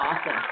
awesome